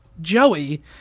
Joey